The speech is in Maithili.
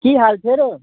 की हाल छौ रौ